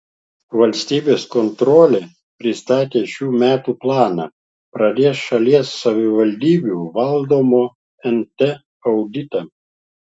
valstybės kontrolė pristatė šių metų planą pradės šalies savivaldybių valdomo nt auditą